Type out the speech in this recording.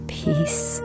peace